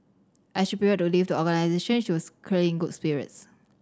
as she prepared to leave the organisation she was clearly in good spirits